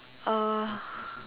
uh